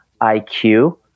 IQ